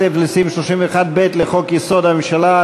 בהתאם לסעיף 31(ב) לחוק-יסוד: הממשלה,